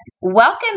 Welcome